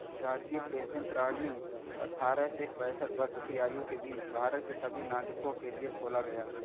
राष्ट्रीय पेंशन प्रणाली अट्ठारह से पेंसठ वर्ष की आयु के बीच भारत के सभी नागरिकों के लिए खोला गया